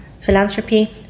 Philanthropy